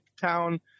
town